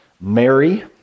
Mary